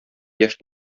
яшь